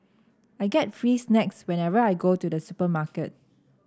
i get free snacks whenever I go to the supermarket